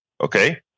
Okay